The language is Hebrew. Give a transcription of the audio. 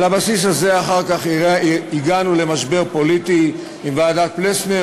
על הבסיס הזה אחר כך הגענו למשבר פוליטי עם ועדת פלסנר,